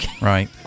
Right